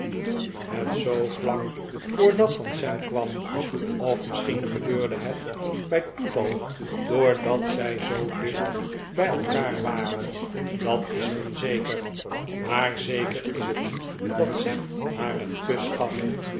toen het zoo vlak voor dat van sam kwam of misschien gebeurde het bij toeval doordat zij zoo dicht bij elkaar waren dat is onzeker maar zeker is het dat sam haar een kus gaf